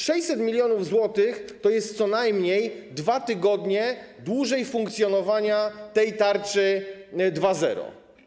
600 mln zł to jest co najmniej o 2 tygodnie dłuższe funkcjonowanie tej tarczy 2.0.